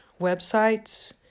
websites